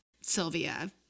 Sylvia